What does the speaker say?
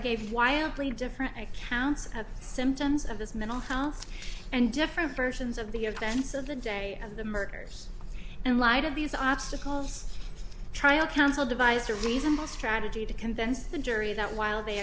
gave wildly different i counsel symptoms of this mental health and different versions of the events of the day of the murders and light of these obstacles trial counsel devised a reasonable strategy to convince the jury that while they